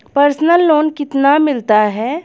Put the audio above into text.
Personal loan कितना मिलता है?